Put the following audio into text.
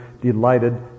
delighted